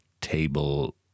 table